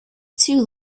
too